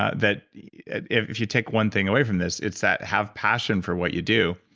ah that if if you take one thing away from this it's that have passion for what you do.